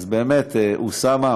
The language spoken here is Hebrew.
אז באמת, אוסאמה